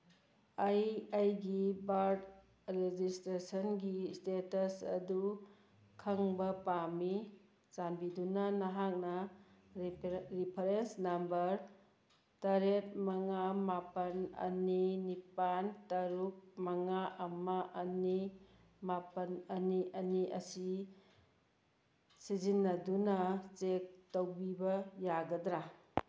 ꯑꯩ ꯑꯩꯒꯤ ꯕꯥꯔꯠ ꯔꯦꯖꯤꯁꯇ꯭ꯔꯦꯁꯟꯒꯤ ꯏꯁꯇꯦꯇꯁ ꯑꯗꯨ ꯈꯪꯕ ꯄꯥꯝꯃꯤ ꯆꯥꯟꯕꯤꯗꯨꯅ ꯅꯍꯥꯛꯅ ꯔꯤꯐ꯭ꯔꯦꯟꯁ ꯅꯝꯕꯔ ꯇꯔꯦꯠ ꯃꯉꯥ ꯃꯥꯄꯟ ꯑꯅꯤ ꯅꯤꯄꯥꯟ ꯇꯔꯨꯛ ꯃꯉꯥ ꯑꯃ ꯑꯅꯤ ꯃꯥꯄꯟ ꯑꯅꯤ ꯑꯅꯤ ꯑꯁꯤ ꯁꯤꯖꯤꯟꯅꯗꯨꯅ ꯆꯦꯛ ꯇꯧꯕꯤꯕ ꯌꯥꯒꯗ꯭ꯔꯥ